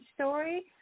story